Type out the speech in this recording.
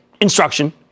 instruction